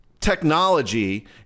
technology